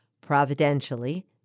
Providentially